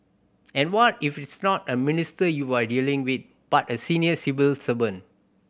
and what if it's not a minister you're dealing with but a senior civil servant